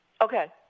Okay